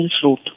fruit